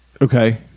Okay